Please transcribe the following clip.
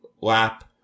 lap